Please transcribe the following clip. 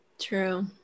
True